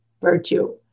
virtue